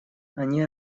они